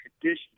conditions